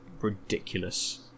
ridiculous